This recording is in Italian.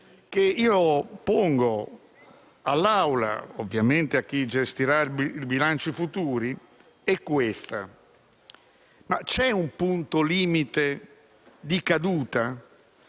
che io pongo all'Assemblea e ovviamente a chi gestirà i bilanci futuri è la seguente: c'è un punto limite di caduta?